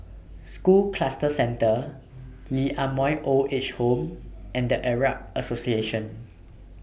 School Cluster Centre Lee Ah Mooi Old Age Home and The Arab Association